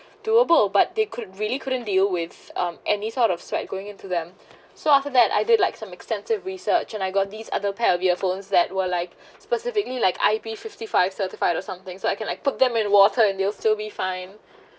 doable but they could really couldn't deal with um any sort of sweat going into them so after that I did like some extensive research and I got this other pair of earphones that were like specifically like ip fifty five certified or something so I can like put them in the water and they'll still be fine